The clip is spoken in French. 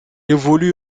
évolue